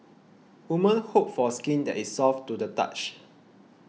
women hope for skin that is soft to the touch